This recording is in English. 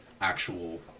actual